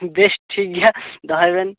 ᱵᱮᱥ ᱴᱷᱤᱠ ᱜᱮᱭᱟ ᱫᱚᱦᱚᱭ ᱵᱮᱱ